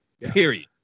Period